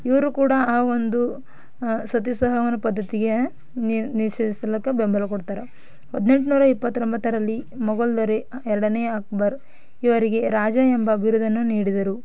ಇವರು ಕೂಡ ಆ ಒಂದು ಸತಿ ಸಹಗಮನ ಪದ್ಧತಿಗೆ ನಿಷೇಧಿಸಲಿಕ್ಕೆ ಬೆಂಬಲ ಕೊಡ್ತಾರೆ ಹದಿನೆಂಟ್ನೂರ ಇಪ್ಪತ್ರೊಂಬತ್ತರಲ್ಲಿ ಮೊಘಲ್ ದೊರೆ ಎರಡನೇ ಅಕ್ಬರ್ ಇವರಿಗೆ ರಾಜ ಎಂಬ ಬಿರುದನ್ನು ನೀಡಿದರು